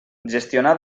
gestionar